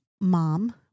mom